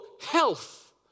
health